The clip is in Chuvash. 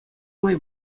май